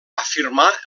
afirmà